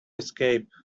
escape